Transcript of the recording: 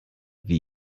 wie